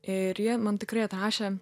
ir ji man tikrai atrašė